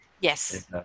yes